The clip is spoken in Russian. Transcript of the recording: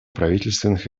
правительственных